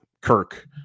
Kirk